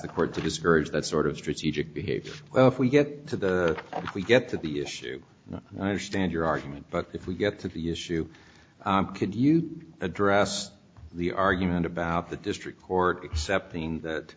the court to discourage that sort of strategic behave well if we get to the if we get to the issue i understand your argument but if we get to the issue could you address the argument about the district court except being that